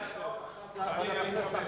אני מצטרף.